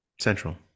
Central